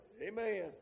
Amen